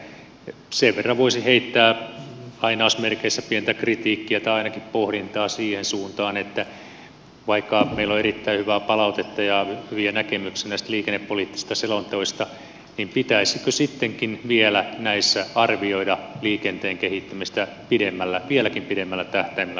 ehkä sen verran voisi heittää lainausmerkeissä pientä kritiikkiä tai ainakin pohdintaa siihen suuntaan että vaikka meillä on erittäin hyvää palautetta ja hyviä näkemyksiä näistä liikennepoliittisista selonteoista niin pitäisikö sittenkin vielä näissä arvioida liikenteen kehittymistä vieläkin pidemmällä tähtäimellä kuin tällä hetkellä